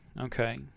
Okay